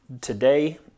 today